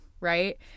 right